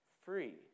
free